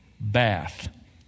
bath